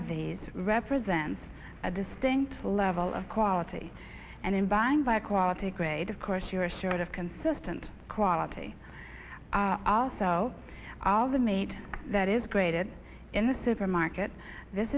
of these represents a distinct level of quality and in buying by quality grade of course you're assured of consistent quality also all the meat that is graded in the supermarket this